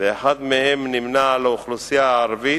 ואחד מהם נמנה עם האוכלוסייה הערבית,